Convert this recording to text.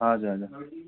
हजुर हजुर